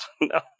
No